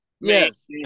Yes